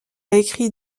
écrit